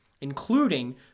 including